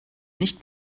nicht